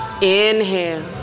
inhale